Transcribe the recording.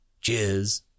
cheers